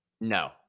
No